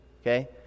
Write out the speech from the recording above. Okay